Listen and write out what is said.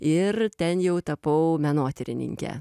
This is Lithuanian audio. ir ten jau tapau menotyrininke